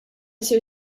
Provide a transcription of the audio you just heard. isir